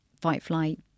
fight-flight